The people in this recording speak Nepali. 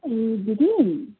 ए दिदी